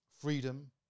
freedom